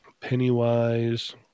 Pennywise